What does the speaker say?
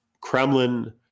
Kremlin